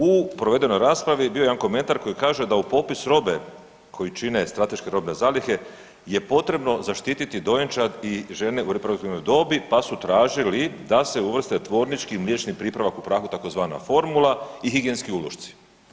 U provedenoj raspravi bio je jedan komentar koji kaže da u popis robe koji čine strateške robne zalihe je potrebno zaštiti dojenčad i žene u reproduktivnoj dobi pa su tražili da se uvrste tvornički mliječni pripravak u prahu, tzv. formula i higijenski ulošci.